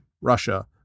Russia